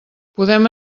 podem